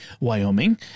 wyoming